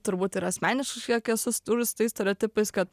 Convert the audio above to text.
turbūt ir asmeniškai aš kažkiek esu susidūrus su tais stereotipais kad